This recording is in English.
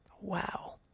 Wow